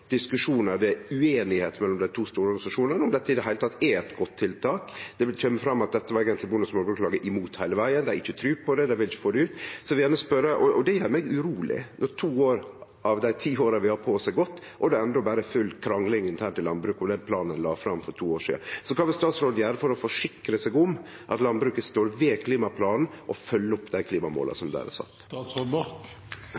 er ueinigheit mellom dei to store organisasjonane om dette i det heile er eit godt tiltak. Det kjem fram at dette var eigentleg Bonde- og småbrukarlaget imot heile vegen, dei har ikkje trua på det. Og det gjer meg uroleg når to av dei ti åra vi har på oss, har gått, og det endå berre er full krangling internt i landbruket om den planen ein la fram for to år sidan. Så kva vil statsråden gjere for å forsikre seg om at landbruket står ved klimaplanen og følgjer opp dei klimamåla